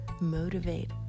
motivate